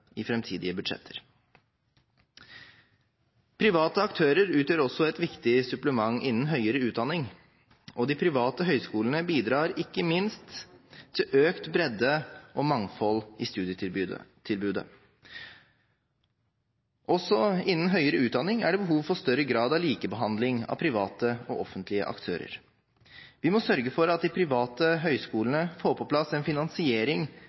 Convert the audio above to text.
i framtidige budsjetter. Private aktører utgjør også et viktig supplement innen høyere utdanning, og de private høyskolene bidrar ikke minst til økt bredde og mangfold i studietilbudet. Også innen høyere utdanning er det behov for større grad av likebehandling av private og offentlige aktører. Vi må sørge for at de private høyskolene får på plass en finansiering